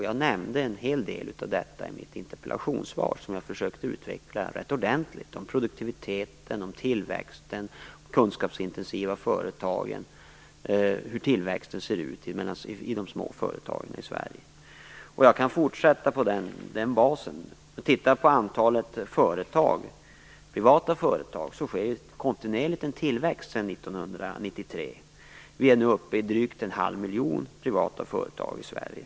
Jag nämnde en hel del av detta i mitt interpellationssvar som jag försökte utveckla rätt ordentligt om produktiviteten, tillväxten, kunskapsintensiva företag, osv. Jag kan fortsätta på den basen och se på antalet privata företag, och det sker en kontinuerlig tillväxt av privata företag sedan 1993. Vi är nu uppe i drygt en halv miljon privata företag i Sverige.